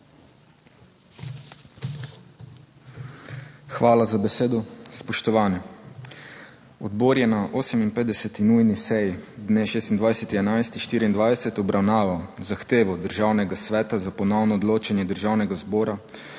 Hvala za besedo. Spoštovani! Odbor je na 58. nujni seji dne 26. 11. 2024 obravnaval zahtevo Državnega sveta za ponovno odločanje Državnega zbora